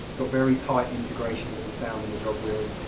so very tight integration with the sound and the jog wheels.